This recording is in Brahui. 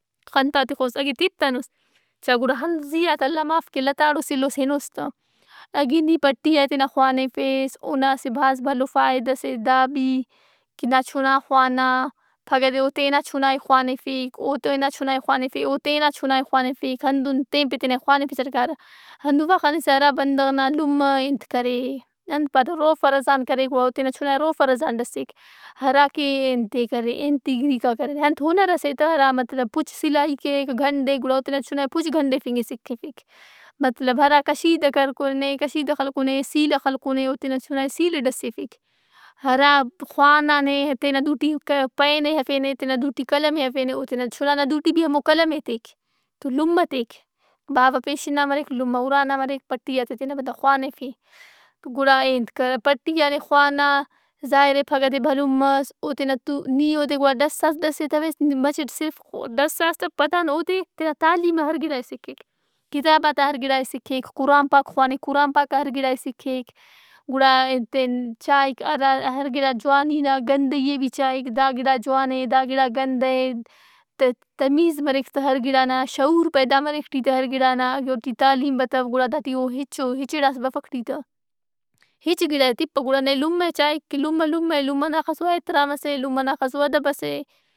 خنتا تِخوس اگہ تِتنُس چاگُڑا ہندن زیا تہ اللہ معاف کے لتاڑوس اِلّوس ہنوس تہ۔ اگہ نی پٹیا ئے تینا خوانفس اونا اسہ بھاز بھلو فائدہس اے دا بھی کہ داچنا خوانا پھگہ دےاو تینا چُنا ئے خوانِفک۔ او تینا چنا ئے خوانِفک، او تینا چنا ئے خوانفک۔ ہندن تین تو تینے خوانفسٹ کارہ۔ ہندن با خنسہ ہرا بندغ نا لمہ ئے انت کرے روفہ رزان کرے تو او تینا چنا ئے روفہ رزان ڈسِّک۔ ہرا کہ ئے کہ انتے کرے ئے انتےیی- کا کرے انت ہنرئسے تہ ہرا مطلب پُچ سلائی کیک، گنڈیک۔ گڑا او تینا چنا ئے چُن گنڈِفنگ ئے سکھفک۔ مطلب ہرا کشیدہ کرکُنے، کشیدہ خلکُنے، سیلہ خلکُنے او تینا چنا ئے سیلہ ڈسِفک۔ ہرا خوانانے یا تینا دُو ٹی پین ئے ارفینے، تینا دوٹی قلم ئے ہرفینے او تین چنا بھی دوٹی ہمو قلم ئے ایتک، تو لمہ تیک۔ باوہ پیشن نا مریک لمہ اُرا نا مریک۔ پٹیات ئے تینا بندغ خوانِفہِ۔ تو گڑا ئے انت کہ پٹیا نے خوانا ظاہر اے پھگہ دے بھلن مس۔ او تینا تُو نی اودے گڑا ڈسّاس، ڈسّیتویس مچٹ صرف ڈساس تہ پدان اودے تینا تعلیم ئے ہر گڑا ئے سِکھک، کتابات آ ہر گڑا ئے سکھک، قران پاک خوانک ، قران پاک نا ہر گڑا ئے سکھیک۔ گڑا ئے انت این چائک ہرا ہر گِڑا جوانی نا ، گندئی بھی چائک دا گڑا جوان اے دا گڑا گندہ اے۔ تہ- تمیز مریک تہ ہر گڑا نا، شعور پید امریک ای ٹی تہ ہر گڑا نا۔ اگہ اوٹی تعلیم متو گڑا داٹی او ہچو ہچڑاس بفک ٹی تہ۔ ہچ گڑا ئے تپک گڑا نئے لمہ ئے چائک کہ لمہ لمہ ئے لمہ نا اخسو احترامس اے لمہ نا اخسہ ادب ئس اے۔